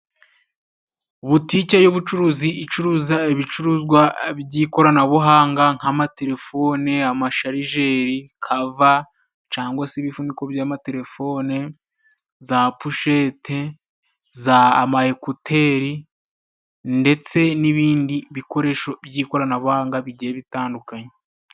Butiki y'ubucuruzi icuruza ibicuruzwa by'ikoranabuhanga nk' amatelefone, amasharijeri, kava cyangwa se ibifuniko by'amatelefone, za poshete, amayekuteri ndetse n'ibindi bikoresho by'ikoranabuhanga bigiye bitandukanye.